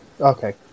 Okay